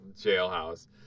jailhouse